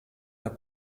der